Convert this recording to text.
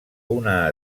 una